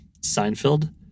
Seinfeld